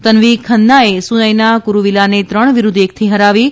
તનવી ખન્નાએ સુનયના કુરૂવિલાને ત્રણ વિરૂદ્ધ એકથી હરાવી છે